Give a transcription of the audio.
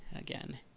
again